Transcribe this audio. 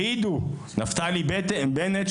העידו נפתלי בנט,